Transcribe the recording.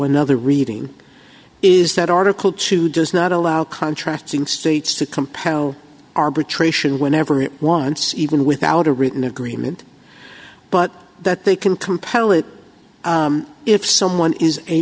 another reading is that article two does not allow contracting states to compel arbitration whenever it wants even without a written agreement but that they can compel it if someone is a